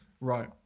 right